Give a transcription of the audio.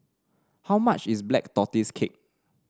how much is Black Tortoise Cake